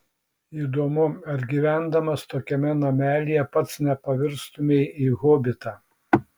įdomu ar gyvendamas tokiame namelyje pats nepavirstumei į hobitą